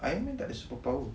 ironman takde superpower